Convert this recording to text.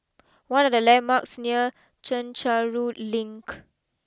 what are the landmarks near Chencharu Link